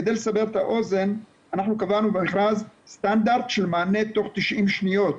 כדי לסבר את האוזן קבענו במכרז סטנדרט של מענה תוך 90 שניות.